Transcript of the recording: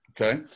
Okay